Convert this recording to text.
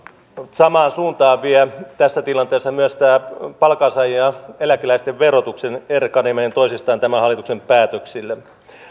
samaan suuntaan vie tässä tilanteessa myös tämä palkansaajien ja eläkeläisten verotuksen erkaneminen toisistaan tämän hallituksen päätöksillä